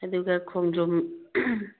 ꯑꯗꯨꯒ ꯈꯣꯡꯗ꯭ꯔꯨꯝ